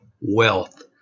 Wealth